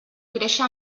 créixer